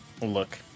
Look